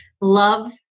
love